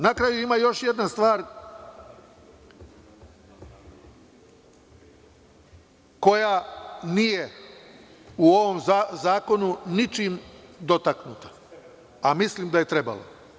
Na kraju ima još jedna stvar koja nije u ovom zakonu ničim dotaknuta, a mislim da je trebalo.